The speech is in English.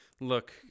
look